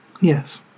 Yes